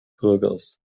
bürgers